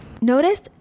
Notice